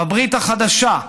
בברית החדשה,